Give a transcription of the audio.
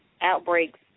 outbreaks